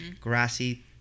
grassy